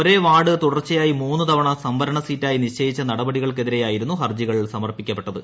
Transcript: ഒരേ വാർഡ് തുടർച്ചയായി മൂന്ന് തവണ സംവരണ സീറ്റായി നിശ്ചയിച്ച നടപടികൾക്ക്ക്തിരെ യായിരുന്നു ഹർജികൾ സമർപ്പിക്കപ്പെട്ടത്